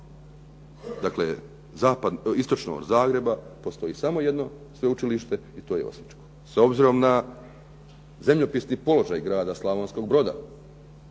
dakle istočno od Zagreba postoji samo jedno sveučilište i to je osječko. S obzirom na zemljopisni položaj Grada Slavonskog Broda,